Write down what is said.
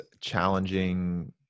challenging